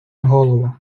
голово